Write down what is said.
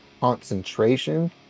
concentration